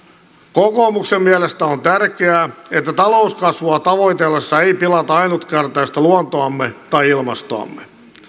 kokoomuksen mielestä on tärkeää että talouskasvua tavoiteltaessa ei pilata ainutkertaista luontoamme tai ilmastoamme